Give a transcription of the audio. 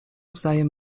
wzajem